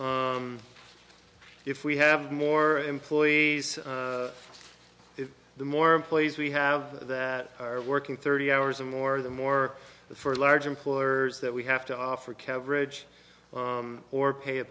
s if we have more employees the more employees we have that are working thirty hours or more the more the first large employers that we have to offer coverage or pay a